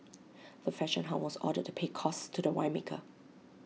the fashion house was ordered to pay costs to the winemaker